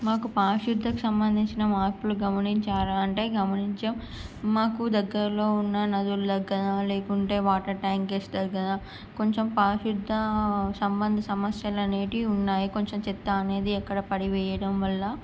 మాకు పారిశుద్ధతకు సంబంధించిన మార్పులు గమనించారా అంటే గమనించాం మాకు దగ్గర్లో ఉన్న నదుల దగ్గర లేకుంటే వాటర్ ట్యాంక్స్ దగ్గర కొంచెం పారిశుద్ధ సంబంధ సమస్యలు అనేటివి ఉన్నాయి కొంచెం చెత్త అనేది అక్కడ పడివేయడం వల్ల